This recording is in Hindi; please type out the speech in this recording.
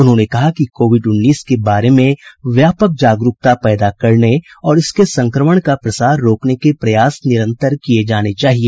उन्होंने कहा कि कोविड उन्नीस के बारे में व्यापक जागरूकता पैदा करने और इसके संक्रमण का प्रसार रोकने के प्रयास निरंतर किए जाने चाहिए